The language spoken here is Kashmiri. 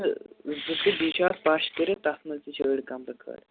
تہٕ بیٚیہِ چھُ اَتھ پَش کٔرِتھ تَتھ منٛز تہِ چھِ أڑۍ کَمرٕ کھٲڑِتھ